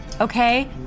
Okay